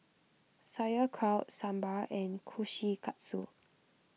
Sauerkraut Sambar and Kushikatsu